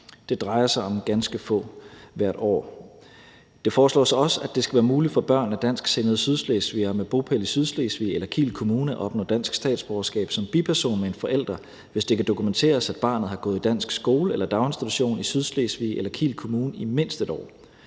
Det drejer sig om ganske få hvert år. Det foreslås også, at det skal være muligt for børn af dansksindede sydslesvigere med bopæl i Sydslesvig eller Kiel Kommune at opnå dansk statsborgerskab som biperson med en forælder, hvis det kan dokumenteres, at barnet har gået i dansk skole eller daginstitution i Sydslesvig eller Kiel Kommune i mindst et år.